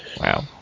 Wow